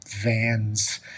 vans